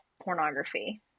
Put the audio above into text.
pornography